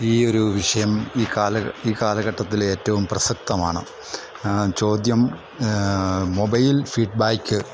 ഈയൊരു വിഷയം ഈ ഈ കാലഘട്ടത്തിലേറ്റവും പ്രസക്തമാണ് ചോദ്യം മൊബൈൽ ഫീഡ്ബാക്ക്